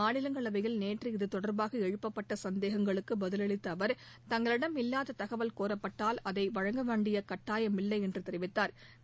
மாநிலங்களவையில் நேற்று இது தொடர்பாக எழுப்பப்பட்ட சந்தேகங்களுக்கு பதில் அளித்த அவர் தங்களிடம் இல்லாத தகவல் கோரப்பட்டால் அதை வழங்க வேண்டிய கட்டாயமில்லை என்று தெரிவித்தாா்